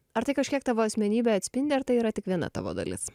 ar tai kažkiek tavo asmenybę atspindi ar tai yra tik viena tavo dalis